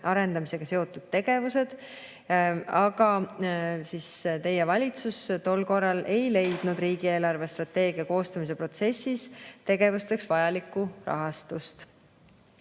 arendamisega seotud tegevused. Aga teie valitsus tol korral ei leidnud riigi eelarvestrateegia koostamise protsessis nendeks tegevusteks vajalikku rahastust.